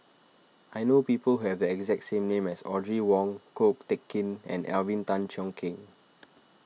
I know people who have the exact name as Audrey Wong Ko Teck Kin and Alvin Tan Cheong Kheng